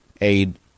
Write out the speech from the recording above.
aid